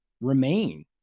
remain